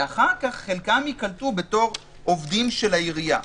ואחר כך חלקם ייקלטו בתור עובדים של העירייה.